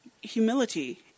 humility